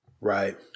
Right